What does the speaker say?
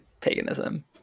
paganism